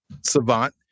savant